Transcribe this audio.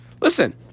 Listen